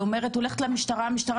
היא אומרת שהיא הולכת למשטרה והמשטרה